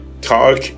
talk